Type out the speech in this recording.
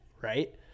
right